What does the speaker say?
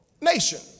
nation